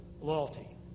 Loyalty